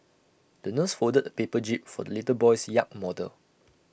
the nurse folded A paper jib for the little boy's yacht model